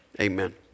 Amen